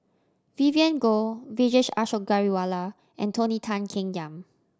Vivien Goh Vijesh Ashok Ghariwala and Tony Tan Keng Yam